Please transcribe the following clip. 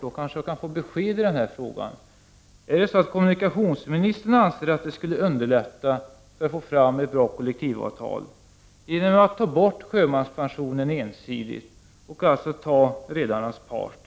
Då kanske jag kan få besked: Är det så att kommunikationsministern anser att det skulle underlätta möjligheterna att få ett bra kollektivavtal att ensidigt ta bort sjömanspensionen och ta redarnas parti?